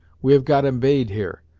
we have got embayed here,